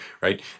right